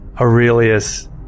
Aurelius